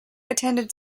attended